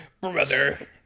brother